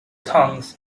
tongs